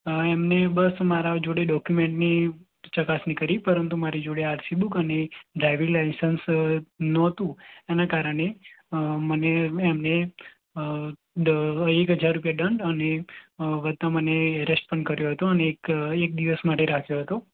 એમણે બસ મારા જોડે ડોક્યુમેન્ટની ચકાસણી કરી પરંતુ મારી જોડે આરસી બુક અને ડ્રાઈવિંગ લાઈસન્સ નહોતું એના કારણે મને એમણે એક હજાર રૂપિયા દંડ અને રાતના મને એરેસ્ટ પણ કર્યો હતો અને એક દિવસ માટે રાખ્યો હતો